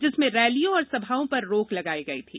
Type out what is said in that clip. जिसमें रैलियों और सभाओं पर रोक लगाई गई थी